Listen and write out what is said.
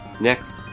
Next